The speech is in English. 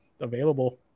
available